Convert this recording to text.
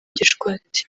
gishwati